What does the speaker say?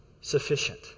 sufficient